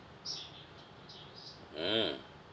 mm